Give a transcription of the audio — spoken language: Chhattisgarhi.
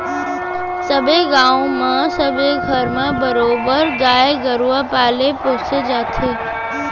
सबे गाँव म सबे घर म बरोबर गाय गरुवा पाले पोसे जाथे